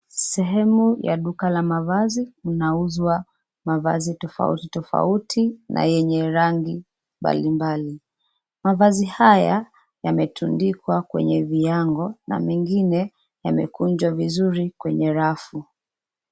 Sehemu ya duka la mavazi kunauzuwa mavazi tofauti tofauti na yenye rangi mbalimbali, mavazi haya yametundikwa kwenye viango na mengine yamekunjwa vizuri kwenye rafu.